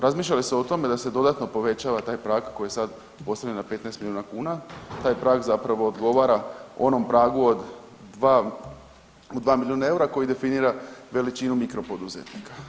Razmišlja li se o tome da se dodatno povećava taj prag koji je sad postavljen na 15 milijuna kuna, taj prag zapravo odgovara onom pragu od 2 milijuna eura koji definira veličinu mikro poduzetnika.